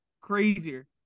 crazier